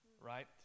right